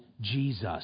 Jesus